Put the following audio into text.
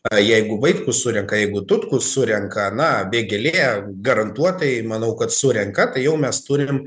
na jeigu vaitkus surenka jeigu tutkus surenka na vėgėlė garantuotai manau kad surenka tai jau mes turim